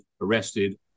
arrested